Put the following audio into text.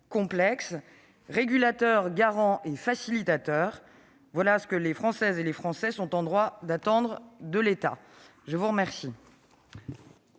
soit régulateur, garant et facilitateur : voilà ce que les Françaises et les Français sont en droit d'attendre de l'État. La parole